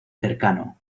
cercano